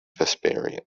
vespasian